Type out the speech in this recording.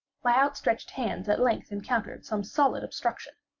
my outstretched hands at length encountered some solid obstruction.